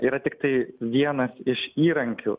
yra tiktai vienas iš įrankių